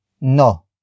NO